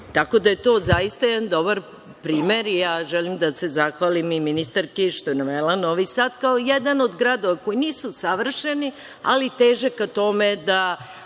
tako da je to zaista jedan dobra primer i ja želim da se zahvalim i ministarki što je navela Novi Sad kao jedan od gradova koji nisu savršeni, ali teže ka tome da